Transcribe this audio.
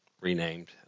renamed